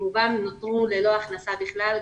רובן נותרו ללא הכנסה בכלל,